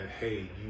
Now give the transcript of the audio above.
hey